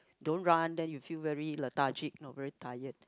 don't run then you feel very lethargic not very tired